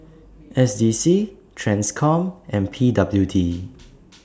S D C TRANSCOM and P W D